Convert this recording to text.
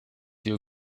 you